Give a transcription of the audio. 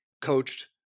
coached